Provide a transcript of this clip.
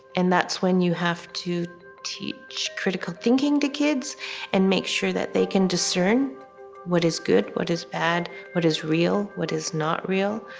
and that's when you have to teach critical thinking to kids and make sure that they can discern what is good, what is bad, what is real, what is not real,